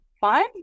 fine